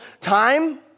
time